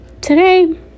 today